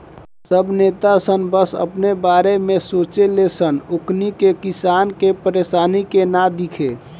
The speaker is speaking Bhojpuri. सब नेता सन बस अपने बारे में सोचे ले सन ओकनी के किसान के परेशानी के ना दिखे